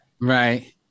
Right